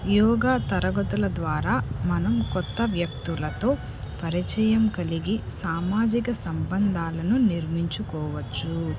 యోగా తరగతుల ద్వారా మనం కొత్త వ్యక్తులతో పరిచయం కలిగి సామాజిక సంబంధాలను నిర్మించుకోవచ్చు